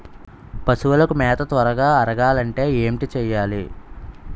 పశువులకు మేత త్వరగా అరగాలి అంటే ఏంటి చేయాలి?